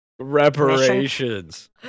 Reparations